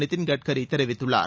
நிதின் கட்கரி தெரிவித்துள்ளார்